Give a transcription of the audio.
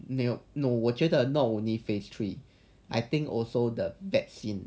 no no 我觉得 not only phase three I think also the vaccine